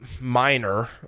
minor